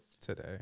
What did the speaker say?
today